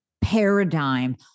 paradigm